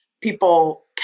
people